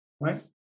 right